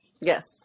yes